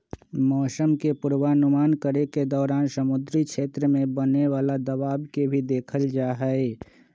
मौसम के पूर्वानुमान करे के दौरान समुद्री क्षेत्र में बने वाला दबाव के भी देखल जाहई